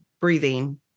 breathing